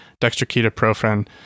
dextroketoprofen